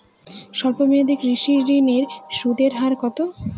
স্বল্প মেয়াদী কৃষি ঋণের সুদের হার কত?